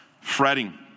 fretting